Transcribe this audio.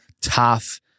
tough